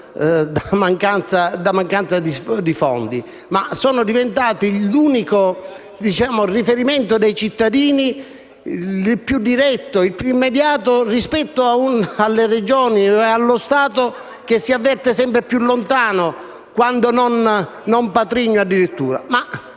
per mancanza di fondi, ma sono diventati l'unico riferimento dei cittadini, il più diretto, il più immediato rispetto alle Regioni e ad uno Stato che si avverte sempre più lontano quando non addirittura